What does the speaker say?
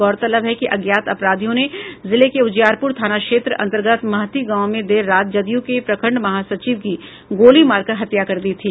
गौरतलब है कि अज्ञात अपराधियों ने जिले के उजियारपुर थाना क्षेत्र अंतर्गत महथी गांव में देर रात जदयू के प्रखंड महासचिव की गोली मारकर हत्या कर दी थी